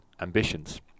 ambitions